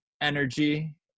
energy